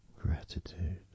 gratitude